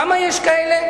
כמה יש כאלה?